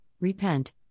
Repent